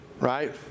Right